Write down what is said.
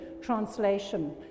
Translation